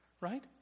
Right